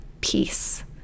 peace